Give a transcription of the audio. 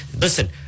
Listen